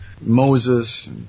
Moses